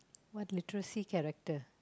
what literacy character